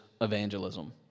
evangelism